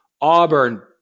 auburn